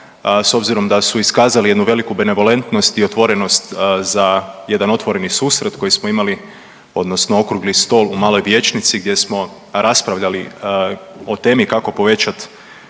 s obzirom da su iskazali jednu veliku benevolentnost i otvorenost za jedan otvoreni susret koji smo imali odnosno okrugli stol u maloj vijećnici gdje smo raspravljali o temi kako povećati